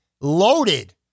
loaded